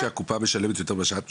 אומרת שהקופה משלמת יותר ממה שאת משלמת?